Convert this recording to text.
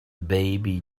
baby